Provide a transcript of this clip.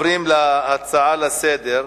אנחנו עוברים להצעה הבאה לסדר-היום: